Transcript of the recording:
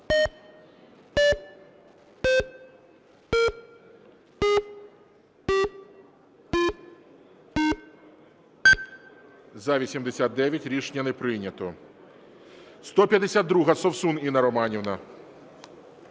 За-89 Рішення не прийнято. 152-а, Совсун Інна Романівна.